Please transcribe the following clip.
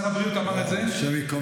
די.